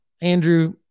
Andrew